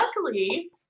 luckily